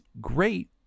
great